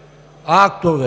Шопов.